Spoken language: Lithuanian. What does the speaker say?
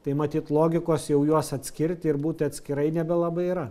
tai matyt logikos jau juos atskirti ir būti atskirai nebelabai yra